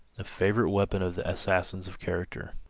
a favorite weapon of the assassins of character.